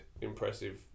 impressive